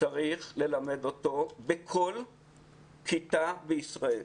צריך ללמד אותו בכל כיתה בישראל.